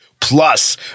Plus